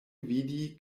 vidi